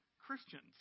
Christians